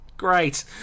great